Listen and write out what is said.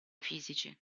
fisici